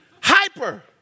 hyper